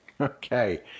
Okay